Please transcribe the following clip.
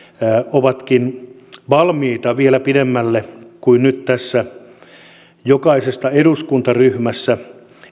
siellä ollaankin valmiita vielä pidemmälle kuin nyt näiden jokaisesta eduskuntaryhmästä